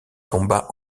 tomba